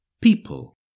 people